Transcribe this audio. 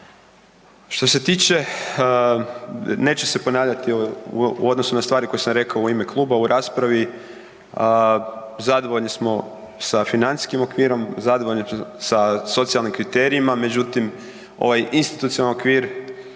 Što se tiče, neću se ponavljati u odnosu na stvari koje sam rekao u ime kluba u raspravi. Zadovoljni smo sa financijskim okvirom, zadovoljni sa socijalnim kriterijima, međutim, ovaj institucionalni okvir,